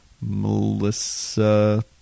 melissa